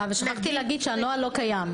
שכחתי לומר שהנוהל לא קיים.